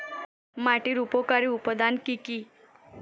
মাটির উপকারী উপাদান কি কি?